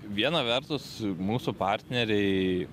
viena vertus mūsų partneriai